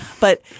but-